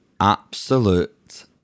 Absolute